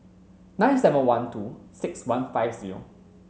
nine seven one two six one five zero